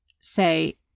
say